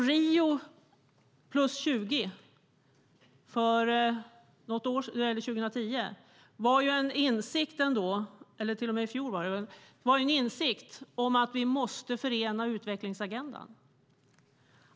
Rio + 20 i fjol var en insikt om att vi måste förena utvecklingsagendan.